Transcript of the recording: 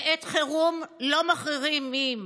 בעת חירום לא מחרימים,